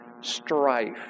strife